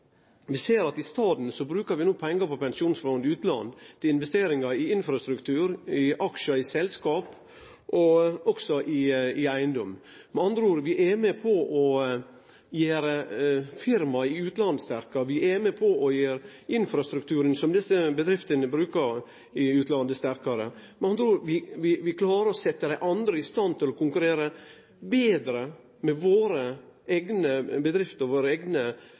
Vi ser at vi no i staden brukar pengar frå Statens pensjonsfond i utlandet til investeringar i infrastruktur, i aksjar i selskap og også i eigedom. Med andre ord er vi med på å gjere firma i utlandet sterkare. Vi er med på å gjere infrastrukturen til desse bedriftene i utlandet sterkare. Med andre ord, vi klarer å setje dei andre betre i stand til å konkurrere med våre eigne bedrifter og våre eigne